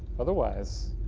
otherwise.